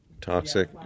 Toxic